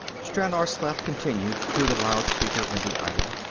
stranor sleth continued through the loud-speaker in the idol.